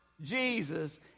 Jesus